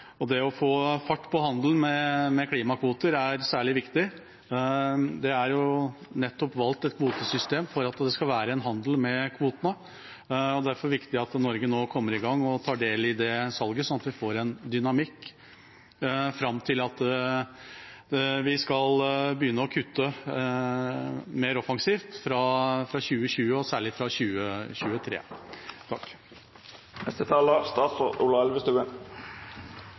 nettopp valgt et kvotesystem for at det skal være en handel med kvotene. Det er derfor viktig at Norge nå kommer i gang og tar del i det salget, slik at vi får en dynamikk fram til vi skal begynne å kutte mer offensivt fra 2020, og særlig fra 2023.